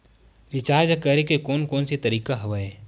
Recharge करे के कोन कोन से तरीका हवय?